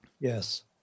Yes